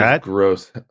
gross